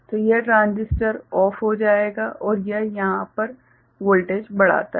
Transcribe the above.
तो यह ट्रांजिस्टर बंद हो जाएगा और यह यहाँ पर वोल्टेज बढ़ाता है